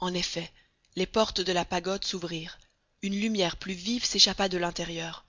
en effet les portes de la pagode s'ouvrirent une lumière plus vive s'échappa de l'intérieur